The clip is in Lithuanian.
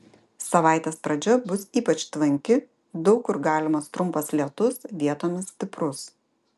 savaitės pradžia bus ypač tvanki daug kur galimas trumpas lietus vietomis stiprus